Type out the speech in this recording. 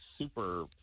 super